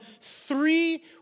three